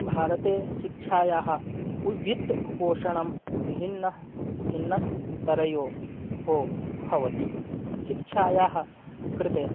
भारते शिक्षायाः उव्वित् पोषणं भिन्नः भिन्नस्तरयोः भवति शिक्षायाः कृते